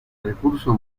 recurso